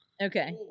Okay